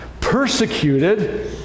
Persecuted